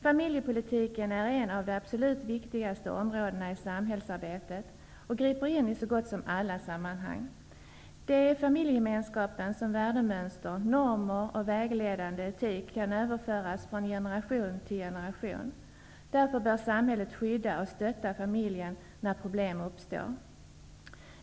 Familjepolitiken är ett av de absolut viktigaste områdena i samhällsarbetet och griper in i så gott som alla sammanhang. Det är i familjegemenskapen som värdemönster, normer och vägledande etik kan överföras från generation till generation. Därför bör samhället skydda och stötta familjen när problem uppstår.